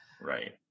Right